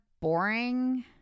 boring